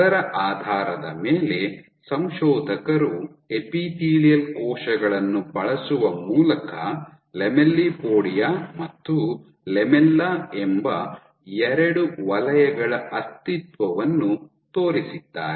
ಅದರ ಆಧಾರದ ಮೇಲೆ ಸಂಶೋಧಕರು ಎಪಿಥೇಲಿಯಲ್ ಕೋಶಗಳನ್ನು ಬಳಸುವ ಮೂಲಕ ಲ್ಯಾಮೆಲ್ಲಿಪೊಡಿಯಾ ಮತ್ತು ಲ್ಯಾಮೆಲ್ಲಾ ಎಂಬ ಎರಡು ವಲಯಗಳ ಅಸ್ತಿತ್ವವನ್ನು ತೋರಿಸಿದ್ದಾರೆ